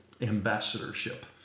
ambassadorship